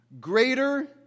Greater